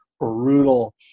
brutal